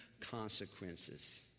consequences